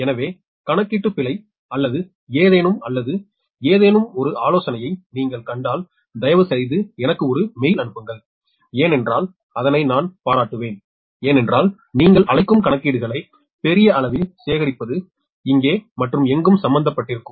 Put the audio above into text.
எனவே கணக்கீட்டுப் பிழை அல்லது ஏதேனும் அல்லது ஏதேனும் ஒரு ஆலோசனையை நீங்கள் கண்டால் தயவுசெய்து எனக்கு ஒரு மெயில் அனுப்புங்கள் ஏனென்றால் அதனை நான் பாராட்டுவேன் ஏனென்றால் நீங்கள் அழைக்கும் கணக்கீடுகளை பெரிய அளவில் சேகரிப்பது இங்கே மற்றும் எங்கும் சம்பந்தப்பட்டிருக்கும்